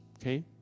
okay